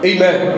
Amen